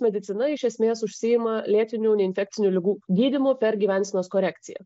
medicina iš esmės užsiima lėtinių neinfekcinių ligų gydymu per gyvensenos korekciją